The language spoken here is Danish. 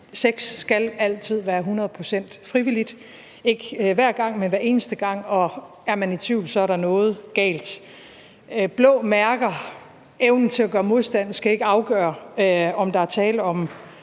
Sex skal altid være hundrede procent frivilligt, ikke hver gang, men hver eneste gang, og er man i tvivl, er der noget galt. Blå mærker og evnen til at gøre modstand skal ikke afgøre, om der er tale om